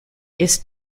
ist